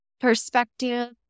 perspective